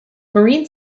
marine